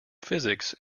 physics